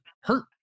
hurt